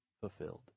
fulfilled